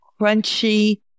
crunchy